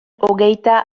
hogeita